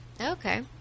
Okay